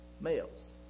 Males